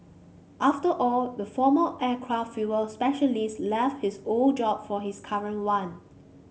after all the former aircraft fuel specialist left his old job for his current one